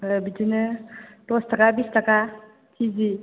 आरो बिदिनो दस ताका बिस ताका किजि